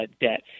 debt